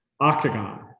Octagon